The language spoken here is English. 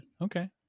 Okay